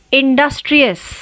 industrious